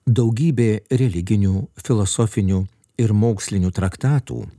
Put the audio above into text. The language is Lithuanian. daugybė religinių filosofinių ir mokslinių traktatų